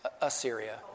Assyria